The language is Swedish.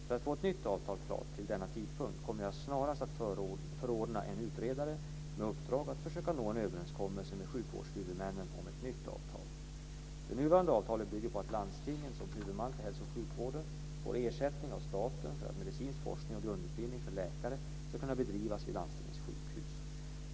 För att få ett nytt avtal klart till denna tidpunkt kommer jag snarast att förordna en utredare med uppdrag att försöka nå en överenskommelse med sjukvårdshuvudmännen om ett nytt avtal. Det nuvarande avtalet bygger på att landstingen som huvudman för hälso och sjukvården får ersättning av staten för att medicinsk forskning och grundutbildning för läkare ska kunna bedrivas vid landstingens sjukhus.